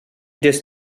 this